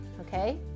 Okay